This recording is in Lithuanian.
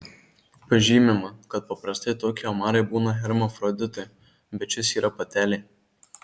pažymima kad paprastai tokie omarai būna hermafroditai bet šis yra patelė